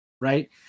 right